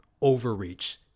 overreach